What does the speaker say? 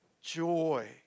joy